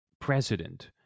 president